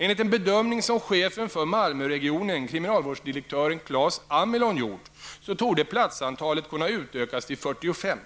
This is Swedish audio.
Enligt en bedömning som chefen för Malmöregionen, kriminalvårdsdirektören Clas Amilon, gjort, torde platsantalet kunna utökas till 45.